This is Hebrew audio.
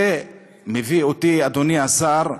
זה מביא אותי, אדוני השר,